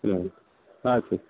ਸਾਸੀ